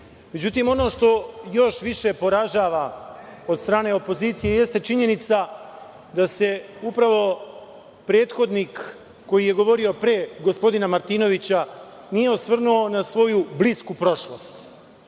Međutim, ono što još više poražava od strane opozicije jeste činjenica da se upravo prethodnik koji je govorio pre gospodina Martinovića nije osvrnuo na svoju blisku prošlost.